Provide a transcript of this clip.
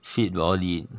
fit body